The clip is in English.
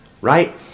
right